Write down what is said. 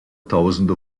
tausende